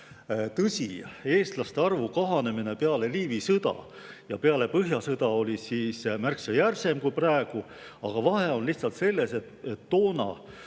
Tõsi, eestlaste arvu kahanemine peale Liivi sõda ja peale põhjasõda oli märksa järsum kui praegu, aga vahe on lihtsalt selles, et toona